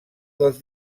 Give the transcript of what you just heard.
dels